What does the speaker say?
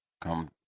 Come